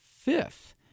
fifth